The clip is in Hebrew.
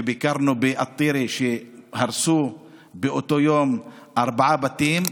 וביקרנו בטירה כשהרסו באותו יום ארבעה בתים,